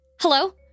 hello